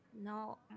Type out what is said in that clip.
No